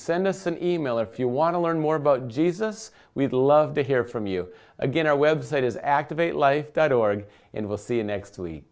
send us an e mail if you want to learn more about jesus we'd love to hear from you again our web site is activate life dot org and we'll see you next week